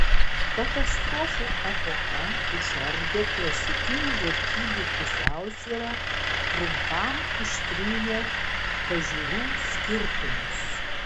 katastrofų epocha išardė klasikinių vertybių pusiausvyrą trumpam ištrynė pažiūrų skirtumus